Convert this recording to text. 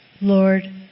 Lord